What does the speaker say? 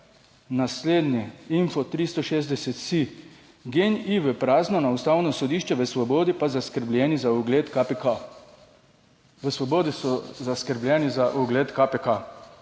Info360 SI: GEN-I v prazno na Ustavno sodišče, v Svobodi pa zaskrbljeni za ugled KPK. V Svobodi so zaskrbljeni za ugled KPK.